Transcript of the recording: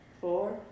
four